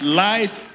light